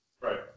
Right